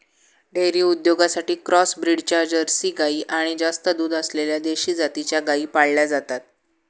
dairy उद्योगासाठी cross ब्रीडच्या Jersey गाई आणि जास्त दूध असलेल्या देशी जातीच्या गायी पाळल्या जातात